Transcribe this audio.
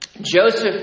Joseph